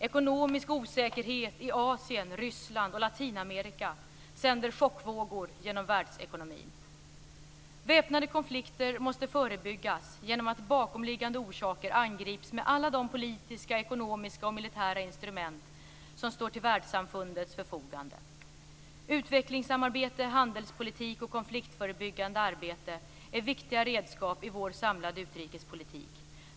Ekonomisk osäkerhet i Asien, Ryssland och Latinamerika sänder chockvågor genom världsekonomin. Väpnade konflikter måste förebyggas genom att bakomliggande orsaker angrips med alla de politiska, ekonomiska och militära instrument som står till världssamfundets förfogande. Utvecklingssamarbete, handelspolitik och konfliktförebyggande arbete är viktiga redskap i vår samlade utrikespolitik.